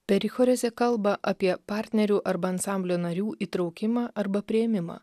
perichorezė kalba apie partnerių arba ansamblio narių įtraukimą arba priėmimą